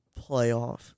playoff